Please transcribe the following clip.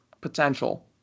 potential